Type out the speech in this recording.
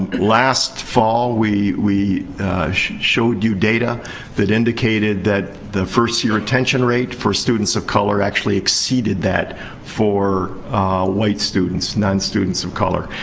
last fall, we we showed you data that indicated that the first-year retention rate for students of color actually exceeded that for white students, non-students of color.